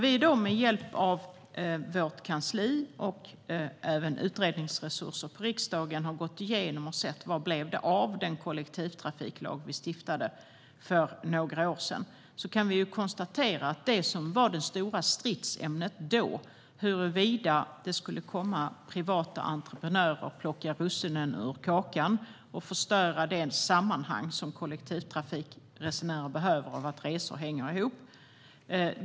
Vi har med hjälp av vårt kansli och utredningsresurser i riksdagen undersökt vad det blev av den kollektivtrafiklag vi stiftade för några år sedan. Det stora stridsämnet vid den tiden var huruvida det skulle komma privata entreprenörer och plocka russinen ur kakan och förstöra det sammanhang som kollektivtrafikresenärer behöver för att resorna ska hänga ihop.